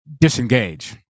disengage